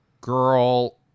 girl